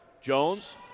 Jones